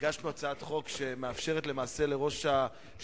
הגשנו הצעת חוק שמאפשרת למעשה לראש השב"כ,